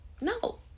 No